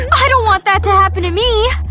i don't want that to happen to me!